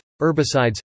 herbicides